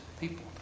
people